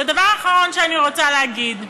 ודבר אחרון שאני רוצה להגיד: